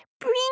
bring